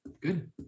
Good